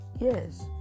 Yes